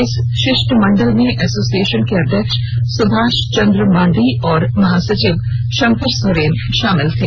इस षिष्टमंडल में एसोसिएषन के अध्यक्ष सुभाष चंद्र मांडी और महासचिव शंकर सोरेन षामिल थे